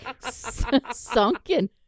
sunken